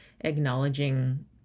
acknowledging